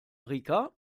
rica